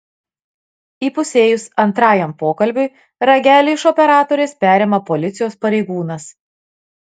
įpusėjus antrajam pokalbiui ragelį iš operatorės perima policijos pareigūnas